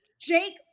Jake